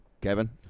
Kevin